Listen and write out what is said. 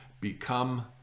become